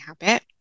habit